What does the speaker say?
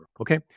Okay